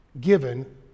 given